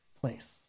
place